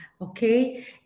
okay